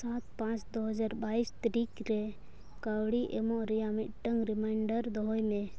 ᱥᱟᱛ ᱯᱟᱸᱪ ᱫᱩᱦᱟᱡᱟᱨ ᱵᱟᱭᱤᱥ ᱛᱟᱹᱨᱤᱠᱷᱨᱮ ᱠᱟᱹᱣᱰᱤ ᱮᱢᱚᱜ ᱨᱮᱭᱟᱜ ᱢᱤᱫᱴᱟᱝ ᱨᱤᱢᱟᱭᱤᱱᱰᱟᱨ ᱫᱚᱦᱚᱭᱢᱮ